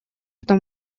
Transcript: что